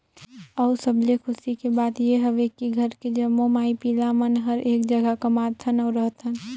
अउ सबले खुसी के बात ये हवे की घर के जम्मो माई पिला मन हर एक जघा कमाथन अउ रहथन